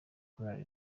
kurara